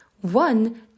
One